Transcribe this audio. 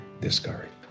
discouraged